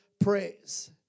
praise